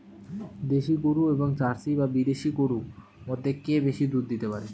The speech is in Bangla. দেশী গরু এবং জার্সি বা বিদেশি গরু মধ্যে কে বেশি দুধ দিতে পারে?